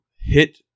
hit